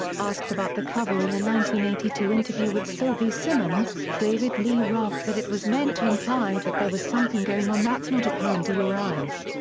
asked about the cover in a eighty two interview with sylvie simmons, david lee roth said it was meant to imply that there was something going on that's not apparent to your eyes.